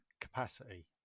capacity